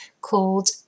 called